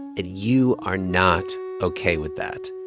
and you are not ok with that?